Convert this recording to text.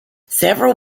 several